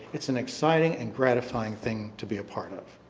it's an exciting and gratifying thing to be a part of.